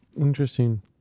Interesting